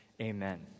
Amen